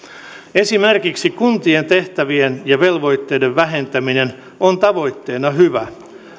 esimerkiksi kuntien tehtävien ja velvoitteiden vähentäminen on tavoitteena hyvä